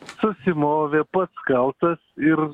susimovė pats kaltas ir